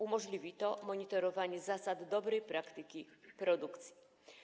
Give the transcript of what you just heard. Umożliwi to monitorowanie zasad dobrej praktyki produkcji.